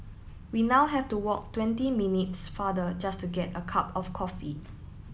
we now have to walk twenty minutes farther just to get a cup of coffee